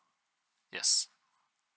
yes